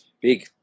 Big